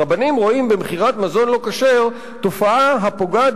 הרבנים רואים במכירת מזון לא כשר תופעה הפוגעת